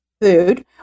food